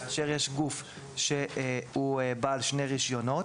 כאשר יש גוף שהוא בעל שני רישיונות,